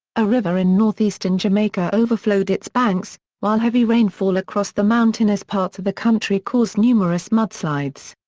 a river in northeastern jamaica overflowed its banks, while heavy rainfall across the mountainous parts of the country caused numerous mudslides.